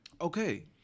Okay